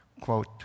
Quote